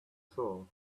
soul